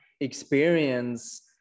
experience